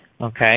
Okay